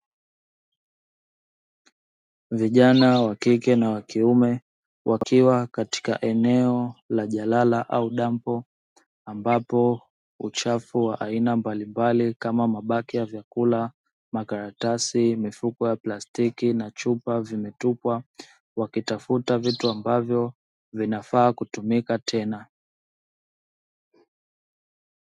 Vijana wa kike na wa kiume wakiwa katika eneo la jalala au dampo ambapo uchafu wa aina mbalimbali kama mabaki ya vyakula, makaratisi, mifuko ya plastiki na chupa vimetupwa. Wakitafuta vitu ambavyo vinafaa kutumika tena.